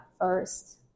first